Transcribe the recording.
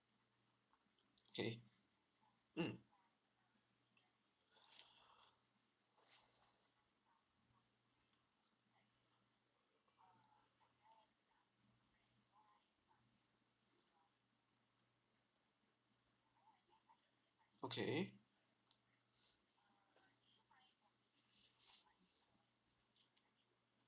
okay mm okay